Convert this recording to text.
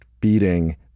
beating